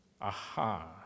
Aha